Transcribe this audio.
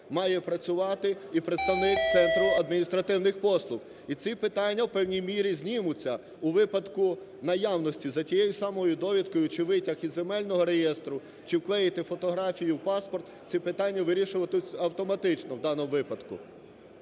має працювати і представник центру адміністративних послуг. І ці питання у певній мірі знімуться у випадку наявності за тією самою довідкою, чи витяг із Земельного реєстру, чи вклеїти фотографію в паспорт, ці питання вирішуються автоматично у даному випадку.